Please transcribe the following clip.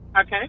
Okay